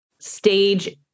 stage